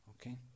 Okay